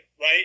right